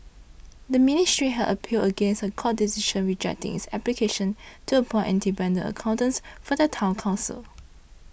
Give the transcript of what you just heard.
the ministry had appealed against a court decision rejecting its application to appoint independent accountants for the Town Council